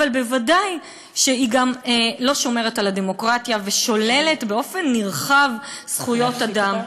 אבל ודאי שהיא גם לא שומרת על הדמוקרטיה ושוללת באופן נרחב זכויות אדם.